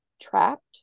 trapped